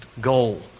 goal